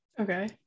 Okay